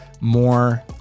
more